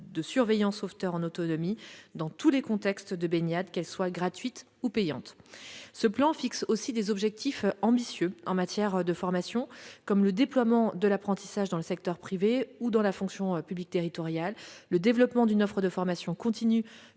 de surveillant sauveteur en autonomie dans tous les contextes de baignade, qu'elle soit gratuite ou payante. Ce plan fixe aussi des objectifs ambitieux en matière de formation, comme le déploiement de l'apprentissage dans le secteur privé ou dans la fonction publique territoriale et le développement d'une offre de formation continue